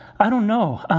i don't know.